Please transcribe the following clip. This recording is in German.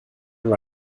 kein